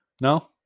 No